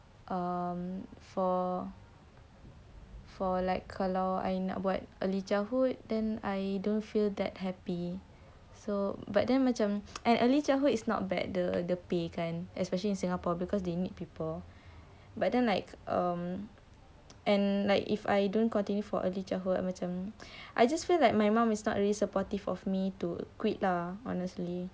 uh for like kalau I nak buat early childhood then I don't feel that happy so but then macam and early childhood is not bad the the pay kan especially in singapore because they need people but then like um and like if I don't continue for early childhood I macam I just feel like my mum is not really supportive of me to quit lah honestly